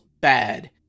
bad